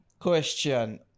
question